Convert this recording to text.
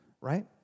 right